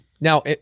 Now